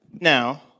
Now